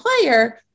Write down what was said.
player